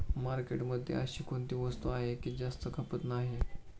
मार्केटमध्ये अशी कोणती वस्तू आहे की जास्त खपत नाही?